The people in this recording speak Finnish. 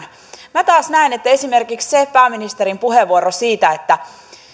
minä taas näen että esimerkiksi se pääministerin puheenvuoro siitä että